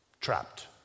trapped